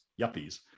yuppies